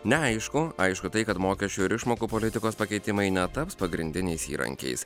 neaišku aišku tai kad mokesčių ir išmokų politikos pakeitimai netaps pagrindiniais įrankiais